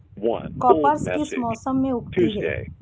कपास किस मौसम में उगती है?